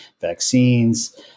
vaccines